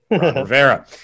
Rivera